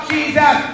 Jesus